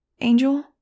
Angel